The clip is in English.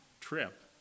trip